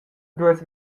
duess